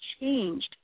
changed